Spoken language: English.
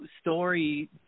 story